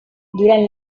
durant